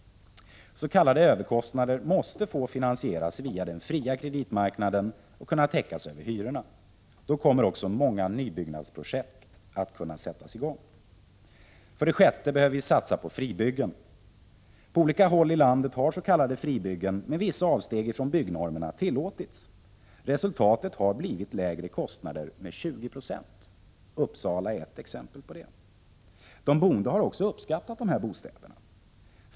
S. k. överkostnader måste få finansieras via den fria kreditmarknaden och kunna täckas över hyrorna. Då kommer också många nybyggnadsprojekt att kunna sättas i gång. 6. Vi behöver satsa på fribyggen. På olika håll i landet har s.k. fribyggen, med vissa avsteg från byggnormerna, tillåtits. Resultatet har blivit 20 20 lägre kostnader. Uppsala är ett exempel på det. De boende har också uppskattat de här bostäderna.